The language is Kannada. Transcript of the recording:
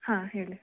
ಹಾಂ ಹೇಳಿ